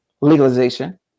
legalization